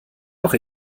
doch